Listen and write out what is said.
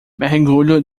mergulho